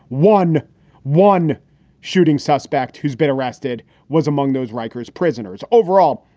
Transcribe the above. one one shooting suspect who's been arrested was among those rikers prisoners. overall,